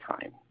time